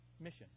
mission